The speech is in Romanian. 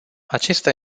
acesta